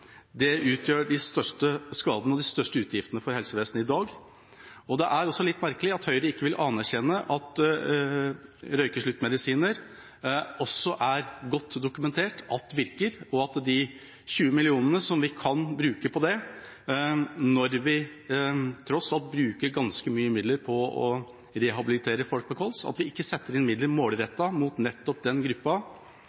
det utgjør de største skadene og de største utgiftene for helsevesenet i dag. Det er litt merkelig at Høyre ikke vil anerkjenne at det også er godt dokumentert at røykesluttmedisiner virker – de 20 mill. kr som vi kan bruke på det – når vi tross alt bruker ganske mye midler på å rehabilitere folk med kols, at vi ikke da setter inn midler